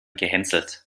gehänselt